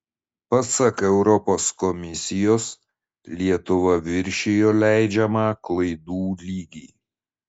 pasak europos komisijos lietuva viršijo leidžiamą klaidų lygį